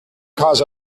cause